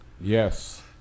Yes